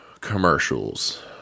commercials